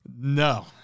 No